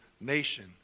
nation